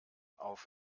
auf